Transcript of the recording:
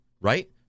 right